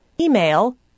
Email